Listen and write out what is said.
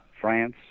France